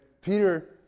Peter